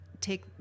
take